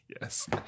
Yes